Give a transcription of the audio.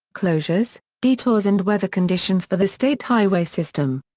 closures, detours and weather conditions for the state highway system.